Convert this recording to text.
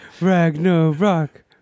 Ragnarok